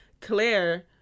Claire